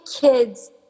kids